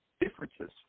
differences